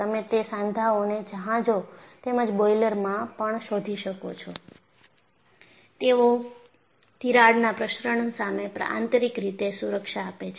તમે તે સાંધાઓને જહાજો તેમજ બોઈલરમાં પણ શોધી શકો છો અને તેઓ તિરાડના પ્રસરણ સામે આંતરિક રીતે સુરક્ષા આપે છે